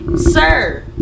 Sir